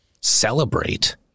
celebrate